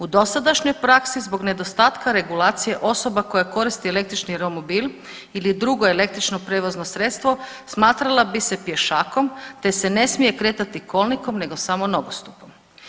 U dosadašnjoj praksi zbog nedostatka regulacije osoba koja koristi električni romobil ili drugo električno prijevozno sredstvo smatrala bi se pješakom, te se ne smije kretati kolnikom nego samo nogostupom.